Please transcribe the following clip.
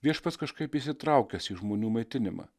viešpats kažkaip įsitraukęs į žmonių maitinimą